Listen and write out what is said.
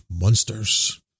monsters